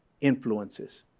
influences